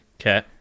Okay